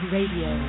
Radio